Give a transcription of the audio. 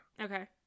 Okay